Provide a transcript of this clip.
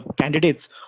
candidates